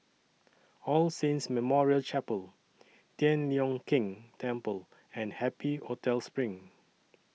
All Saints Memorial Chapel Tian Leong Keng Temple and Happy Hotel SPRING